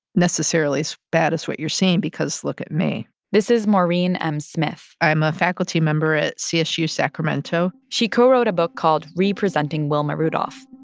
necessarily as bad as what you're seeing because, look at me this is maureen m. smith i am a faculty member at csu sacramento she co-wrote a book called presenting wilma rudolph.